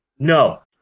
no